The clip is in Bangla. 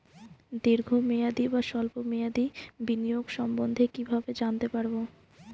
দীর্ঘ মেয়াদি বা স্বল্প মেয়াদি বিনিয়োগ সম্বন্ধে কীভাবে জানতে পারবো?